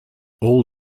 all